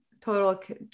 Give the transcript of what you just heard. total